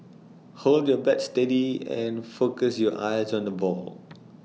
hold your bat steady and focus your eyes on the ball